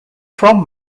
from